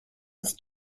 ist